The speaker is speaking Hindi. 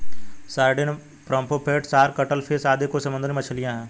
sardine, pomfret, shark, cuttle fish आदि कुछ समुद्री मछलियाँ हैं